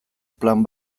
plan